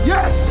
Yes